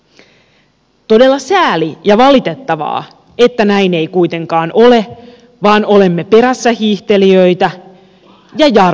todella sääli ja valitettavaa että näin ei kuitenkaan ole vaan olemme perässähiihtelijöitä ja jarruttajia